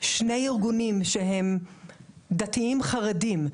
שני ארגוני שהם דתיים חרדים,